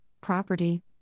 property